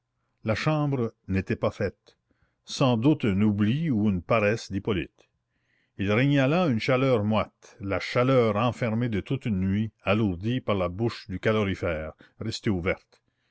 la chambre n'était pas faite sans doute un oubli ou une paresse d'hippolyte il régnait là une chaleur moite la chaleur enfermée de toute une nuit alourdie par la bouche du calorifère restée ouverte